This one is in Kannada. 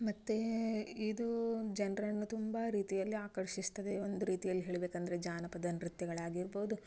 ಮತ್ತು ಇದೂ ಜನರನ್ನು ತುಂಬ ರೀತಿಯಲ್ಲಿ ಆಕರ್ಷಿಸ್ತದೆ ಒಂದು ರೀತಿಯಲ್ಲಿ ಹೇಳ್ಬೇಕಂದರೆ ಜಾನಪದ ನೃತ್ಯಗಳು ಆಗಿರ್ಬೋದು